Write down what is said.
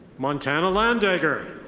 montana landagger.